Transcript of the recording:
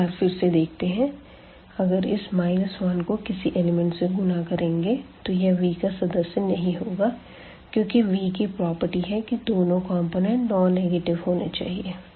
एक बार फिर से देखते है अगर इस 1 को किसी एलिमेंट से गुणा करेंगे तो यह V का सदस्य नहीं होगा क्योंकि Vकी प्रॉपर्टी है कि दोनों कॉम्पोनेन्ट नो नेगेटिव होने चाहिए